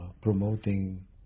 promoting